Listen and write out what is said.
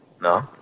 No